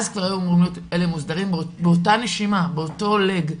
אז כבר אלה היו מוסדרים באותה נשימה, באותו לג,